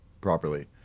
properly